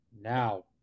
now